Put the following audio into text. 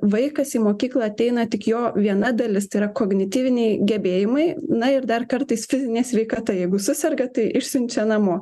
vaikas į mokyklą ateina tik jo viena dalis tai yra kognityviniai gebėjimai na ir dar kartais fizinė sveikata jeigu suserga tai išsiunčia namo